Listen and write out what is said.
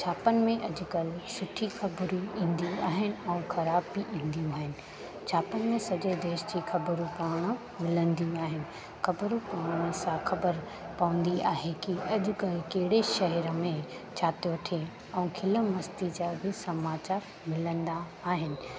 छापनि में अॼुकल्ह सुठी ख़बरूं ईंदियूं आहिनि ऐं ख़राब बि ईंदियूं आहिनि छापनि में सॼे देश जी ख़बरूं पाण मिलंदियूं आहिनि ख़बरूं पढ़ण सां ख़बर पवंदी आहे कि अॼुकल्ह कहिड़े शहर में छा थो थिए ऐं खिल मस्ती जा बि समाचार मिलंदा आहिनि